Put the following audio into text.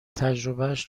تجربهاش